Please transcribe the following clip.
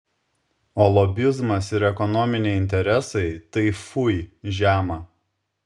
o lobizmas ir ekonominiai interesai tai fui žema